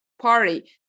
party